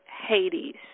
Hades